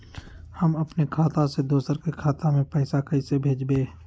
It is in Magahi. हम अपने खाता से दोसर के खाता में पैसा कइसे भेजबै?